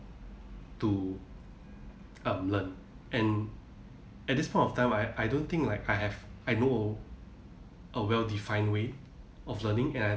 to um learn and at this point of time I I don't think like I have I know a well defined way of learning and I